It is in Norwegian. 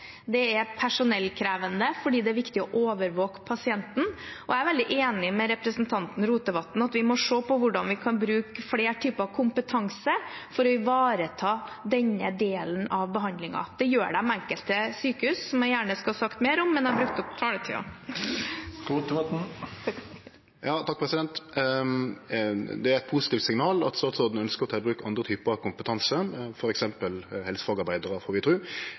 Det er personellkrevende fordi det er viktig å overvåke pasienten, og jeg er veldig enig med representanten Rotevatn i at vi må se på hvordan vi kan bruke flere typer kompetanse for å ivareta denne delen av behandlingen. Det gjør man ved enkelte sykehus, noe jeg gjerne skulle ha sagt mer om, men jeg har brukt opp taletiden. Det er eit positivt signal at statsråden ønskjer å ta i bruk andre typar kompetanse, f.eks. helsefagarbeidarar, får vi tru.